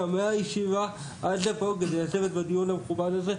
מהישיבה עד לפה בשביל לשבת בדיון המכובד הזה.